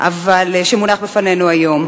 שמונח לפנינו היום.